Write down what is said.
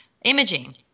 Imaging